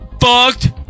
fucked